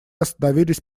остановились